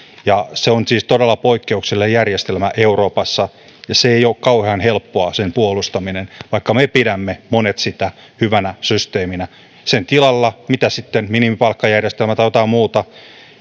ja se on siis todella poikkeuksellinen järjestelmä euroopassa sen puolustaminen ei ole kauhean helppoa vaikka me pidämme monet sitä hyvänä systeeminä mitä sitten sen tilalle minimipalkkajärjestelmä vai jotain muuta